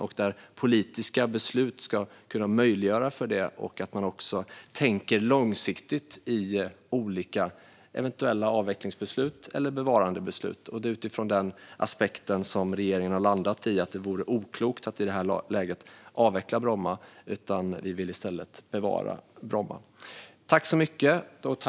Vi måste tänka långsiktigt i olika eventuella avvecklingsbeslut eller bevarandebeslut, och det är utifrån den aspekten som regeringen har landat i att det i detta läge vore oklokt att avveckla Bromma. Vi vill i stället bevara Bromma.